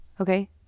Okay